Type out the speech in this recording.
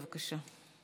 בבקשה.